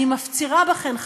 אני מפצירה בכם,